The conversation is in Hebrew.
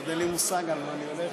עוד אין לי מושג על מה אני הולך,